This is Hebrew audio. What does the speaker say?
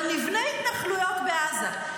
אבל נבנה התנחלויות בעזה.